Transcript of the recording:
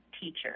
teacher